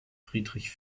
friedrich